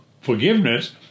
forgiveness